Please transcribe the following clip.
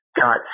got